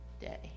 day